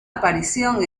aparición